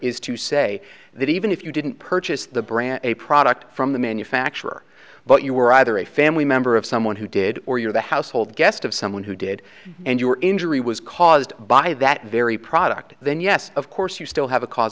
is to say that even if you didn't purchase the brand a product from the manufacturer but you were either a family member of someone who did or you're the household guest of someone who did and your injury was caused by that very product then yes of course you still have a cause